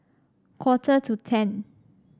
quarter to ten